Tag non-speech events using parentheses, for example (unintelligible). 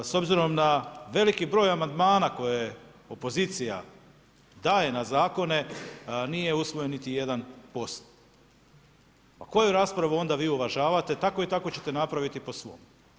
S obzirom na veliki br. amandmana, koje je opozicija daje na zakone, nije usvojen niti jedan … (unintelligible) A koju raspravu onda vi uvažavate, tako i tako ćete napraviti po svom.